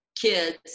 kids